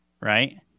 right